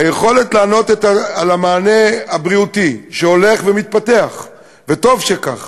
היכולת לתת מענה בריאותי, שהולך ומתפתח, וטוב שכך,